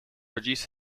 reduce